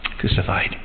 crucified